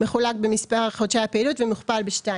מחולק במספר חודשי הפעילות ומוכפל ב-2,